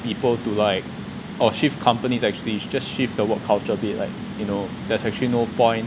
people to like or shift companies actually just shift the work culture abit like you know that's actually no point